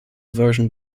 version